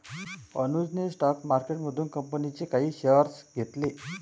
अनुजने स्टॉक मार्केटमधून कंपनीचे काही शेअर्स घेतले